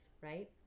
right